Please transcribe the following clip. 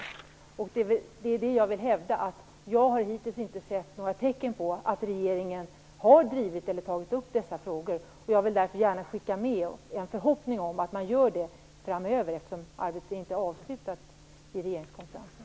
Det är det jag vill hävda. Jag har hittills inte sett några tecken på att regeringen har drivit eller tagit upp dessa frågor. Jag vill därför gärna skicka med en förhoppning om att man gör det framöver, eftersom arbetet inte är avslutat i regeringskonferensen.